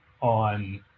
on